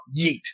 yeet